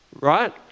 right